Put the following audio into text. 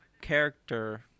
character